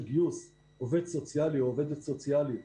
גיוס עובד סוציאלי או עובדת סוציאלית,